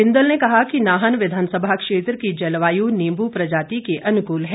बिंदल ने कहा कि नाहन विधानसभा क्षेत्र की जलवायु नींबू प्रजाति के अनुकूल है